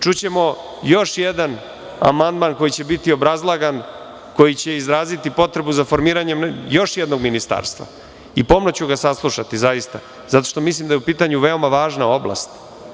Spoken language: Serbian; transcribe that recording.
Čućemo još jedan amandman koji će biti obrazlagan, koji će izraziti potrebu za formiranjem još jednog ministarstva i pomno ću ga saslušati zaista zato što mislim da je u pitanju veoma važna oblast.